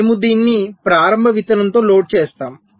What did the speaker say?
మేము దీన్ని ప్రారంభ విత్తనంతో లోడ్ చేస్తాము